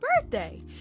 birthday